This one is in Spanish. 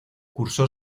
cursó